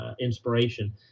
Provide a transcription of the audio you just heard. inspiration –